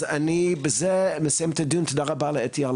אז אני בזה מסיים את הדיון ואני רוצה להודות לאתי שבתאי